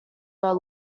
were